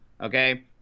Okay